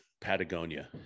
patagonia